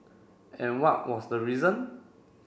and what was the reason